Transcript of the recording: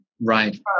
right